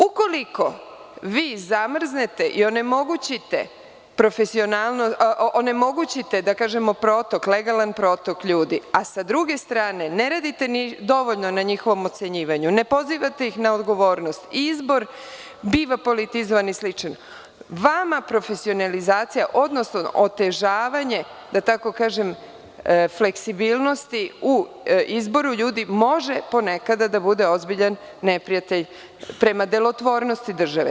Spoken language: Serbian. Ukoliko vi zamrznete i onemogućite protok, legalan protok ljudi, a sa druge strane ne radite dovoljno na njihovom ocenjivanju, ne pozivate ih na odgovornost, izbor biva politizovan i slično, vama profesionalizacija, odnosno otežavanje, da tako kažem, fleksibilnosti u izboru ljudi može ponekada biti ozbiljan neprijatelj prema delotvornosti države.